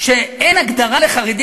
שאין הגדרה לחרדי,